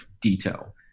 detail